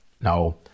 Now